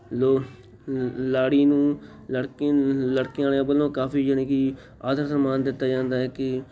ਲੋ ਲਾੜੀ ਨੂੰ ਲੜਕੇ ਲੜਕਿਆਂ ਵਾਲਿਆਂ ਵੱਲੋਂ ਕਾਫੀ ਜਾਨੀ ਕਿ ਆਦਰ ਸਨਮਾਨ ਦਿੱਤਾ ਜਾਂਦਾ ਹੈ ਕਿ